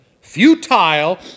futile